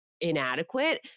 inadequate